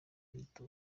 leta